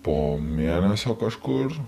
po mėnesio kažkur